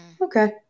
Okay